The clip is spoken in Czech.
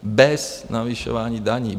Bez navyšování daní.